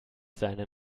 seinen